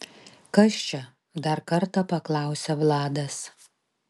kas čia dar kartą paklausia vladas